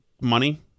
money